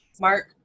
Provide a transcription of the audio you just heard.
Mark